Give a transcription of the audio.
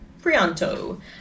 Prianto